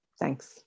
thanks